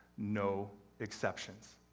no exceptions.